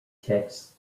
texts